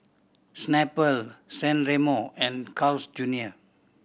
Snapple San Remo and Carl's Junior